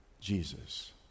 Jesus